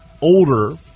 older